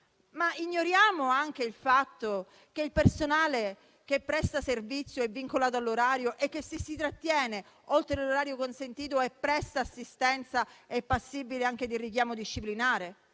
Ignoriamo anche il fatto che il personale che presta servizio è vincolato all'orario e che, se si trattiene oltre quello consentito e presta assistenza, è passibile anche di richiamo disciplinare